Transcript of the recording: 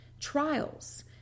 trials